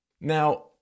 Now